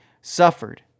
suffered